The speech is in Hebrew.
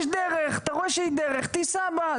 יש דרך, אתה רואה שהיא דרך תיסע בה.